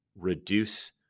reduce